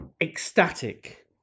ecstatic